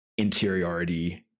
interiority